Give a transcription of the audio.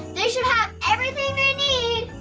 they should have everything they need.